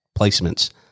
placements